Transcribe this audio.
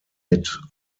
mit